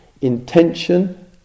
intention